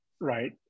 right